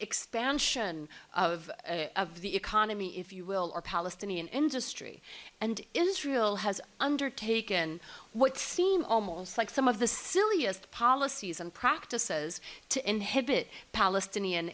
expansion of the economy if you will or palestinian industry and israel has undertaken what seem almost like some of the silliest policies and practices to inhibit palestinian